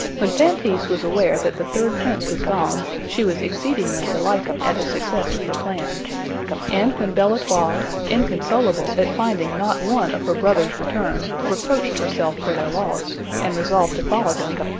when feintise was aware that the third prince was gone, she was exceedingly delighted at the success of her plan and when belle-etoile, inconsolable at finding not one of her brothers return, reproached herself for their loss, and resolved to follow them,